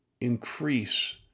increase